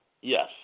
Yes